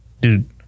dude